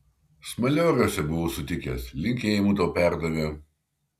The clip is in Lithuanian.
smalioriuose buvau sutikęs linkėjimų tau perdavė